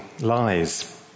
lies